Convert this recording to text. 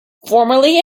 formerly